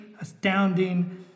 astounding